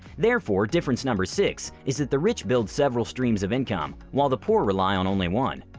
therefore, difference number six is that the rich build several streams of income while the poor rely on only one.